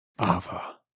Ava